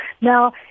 Now